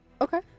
Okay